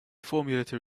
formulate